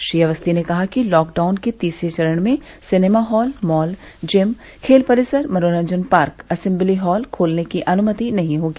श्री अवस्थी ने कहा कि लॉकडाउन के तीसरे चरण में सिनेमा हॉल मॉल जिम खेल परिसर मनोरंजन पार्क असेंबली हॉल खोलने की अनुमति नहीं होगी